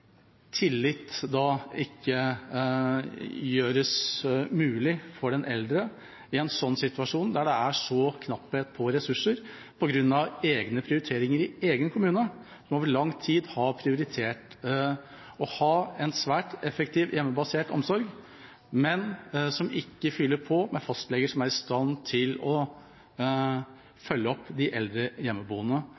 ikke gjøres mulig for den eldre i en situasjon der det er så knapphet på ressurser på grunn av egne prioriteringer i egen kommune, der man over lang tid har prioritert å ha en svært effektiv hjemmebasert omsorg, men ikke fyller på med fastleger som er i stand til å